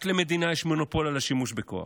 רק למדינה יש מונופול על השימוש בכוח.